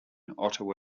ottawa